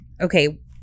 Okay